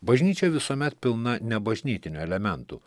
bažnyčia visuomet pilna nebažnytinių elementų